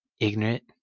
Ignorant